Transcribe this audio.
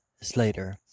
Slater